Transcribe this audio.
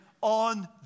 on